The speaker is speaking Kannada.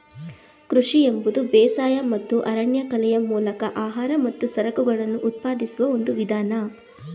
ಕೃಷಿ ಎಂಬುದು ಬೇಸಾಯ ಮತ್ತು ಅರಣ್ಯಕಲೆಯ ಮೂಲಕ ಆಹಾರ ಮತ್ತು ಸರಕುಗಳನ್ನು ಉತ್ಪಾದಿಸುವ ಒಂದು ವಿಧಾನ